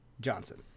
Johnson